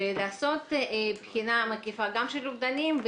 ולעשות בחינה מקיפה של אומדנים,